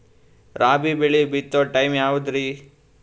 ರಾಬಿ ಬೆಳಿ ಬಿತ್ತೋ ಟೈಮ್ ಯಾವದ್ರಿ?